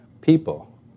people